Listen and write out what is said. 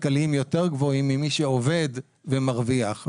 כלכליים יותר גבוהים ממי שעובד ומרוויח.